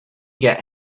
get